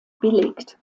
belegt